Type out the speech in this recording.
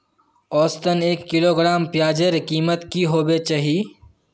औसतन एक किलोग्राम प्याजेर कीमत की होबे चही?